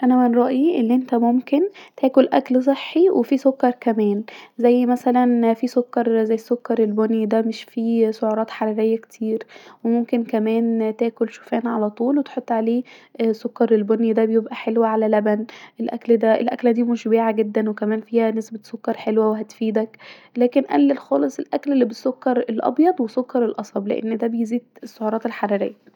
انا من رأي أن انت ممكن تاكل اكل صحي وفي سكر كمان زي مثلا في سكر زي السكر البني ده مش فيه سعرات حرارية كتير وممكن كمان تاكل شوفان علي طول وتحط عليه السكر البني ده بيبقي حلو علي لبن الاكل ده الاكله دي مشبعه جدا وكمان فيها نسبه سكر هتساعدك لاكن هنقلل خالص الاكل الي بالسكر الابيض وسكر القصب لان ده بيزيد السعرات الحرارية